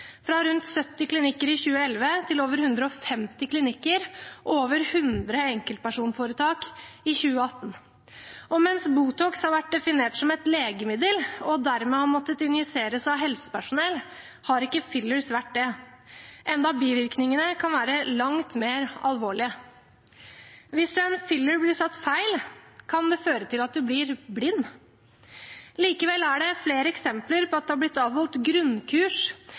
fra rundt 70 klinikker i 2011 til over 150 klinikker og over 100 enkeltpersonforetak i 2018. Og mens Botox har vært definert som et legemiddel og dermed har måttet injiseres av helsepersonell, har ikke fillers vært det, enda bivirkningene kan være langt mer alvorlige. Hvis en filler blir satt feil, kan det føre til at man blir blind. Likevel er det flere eksempler på at det har blitt avholdt grunnkurs